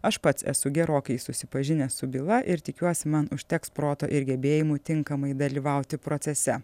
aš pats esu gerokai susipažinęs su byla ir tikiuosi man užteks proto ir gebėjimų tinkamai dalyvauti procese